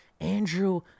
Andrew